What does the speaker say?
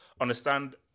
understand